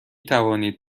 توانید